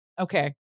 Okay